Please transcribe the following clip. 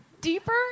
Deeper